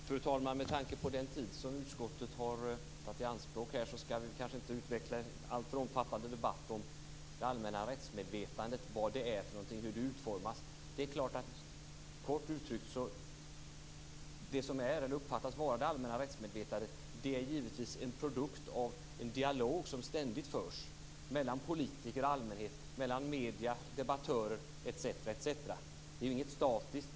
Fru talman! Med tanke på den tid som utskottet har tagit i anspråk skall vi kanske inte utveckla en alltför omfattande debatt om det allmänna rättsmedvetandet, om vad det är och om hur det utformas. Kort uttryckt är det som uppfattas vara det allmänna rättsmedvetandet givetvis en produkt av en dialog som ständigt förs mellan politiker och allmänhet, mellan medier, debattörer etc. Det är ju inget statiskt.